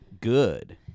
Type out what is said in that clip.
good